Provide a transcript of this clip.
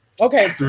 Okay